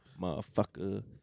Motherfucker